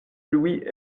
louis